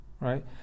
right